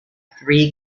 three